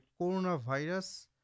Coronavirus